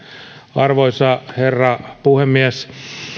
arvoisa herra puhemies